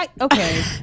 Okay